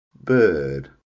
bird